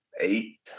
Eight